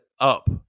up